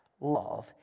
love